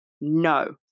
No